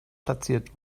platziert